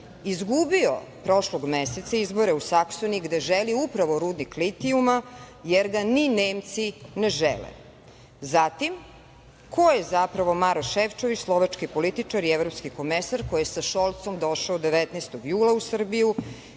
izgubio prošlog meseca izbore u Saksoniji, gde želi upravo rudnik litijuma, jer ga ni Nemci ne žele. Zatim, ko je zapravo Maroš Šefčovič, slovački političar i evropski komesar, koji je sa Šolcom došao 19. jula u Srbiju